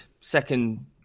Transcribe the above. second